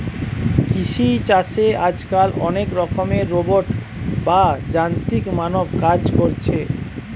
কৃষি চাষে আজকাল অনেক রকমের রোবট বা যান্ত্রিক মানব কাজ কোরছে